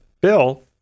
Bill